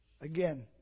Again